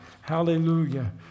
Hallelujah